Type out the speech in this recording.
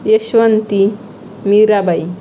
Yashwanti Mirabai